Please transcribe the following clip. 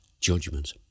judgment